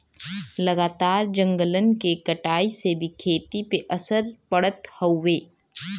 लगातार जंगलन के कटाई से भी खेती पे असर पड़त हउवे